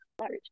large